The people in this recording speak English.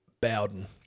Bowden